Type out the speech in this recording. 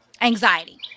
anxiety